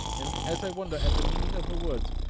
and as i wondered at the meaning of her words,